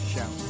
Show